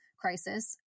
crisis